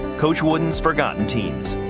coach wooden's forgotten team.